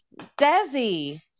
Desi